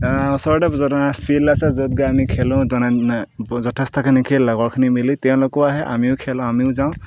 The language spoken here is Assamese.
ওচৰতে ফিল্ড আছে য'ত গৈ আমি খেলোঁ যথেষ্টখিনি কি লগৰখিনি মিলি তেওঁলোকো আহে আমিও খেলোঁ আমিও যাওঁ